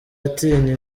atinya